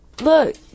look